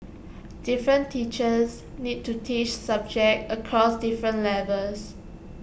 different teachers need to teach subjects across different levels